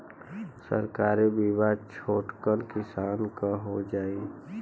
सरकारी बीमा छोटकन किसान क हो जाई?